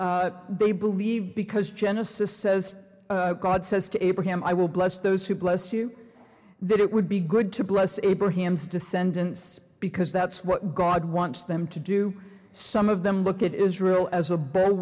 hers they believe because genesis says god says to abraham i will bless those who bless you that it would be good to bless abraham's descendants because that's what god wants them to do some of them look at israel as a b